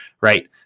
right